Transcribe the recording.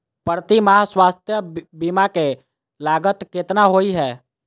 प्रति माह स्वास्थ्य बीमा केँ लागत केतना होइ है?